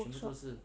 photoshop